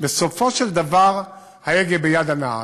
בסופו של דבר, ההגה ביד הנהג.